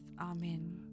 Amen